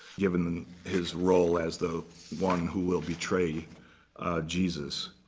given his role as the one who will betray jesus.